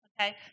Okay